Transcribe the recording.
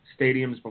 stadiums